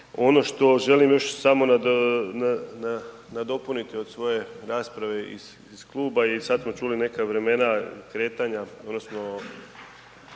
Ono što želim još nadopuniti od svoje rasprave iz kluba i sad smo čuli neka vremena kretanja odnosno